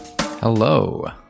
Hello